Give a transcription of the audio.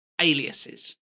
aliases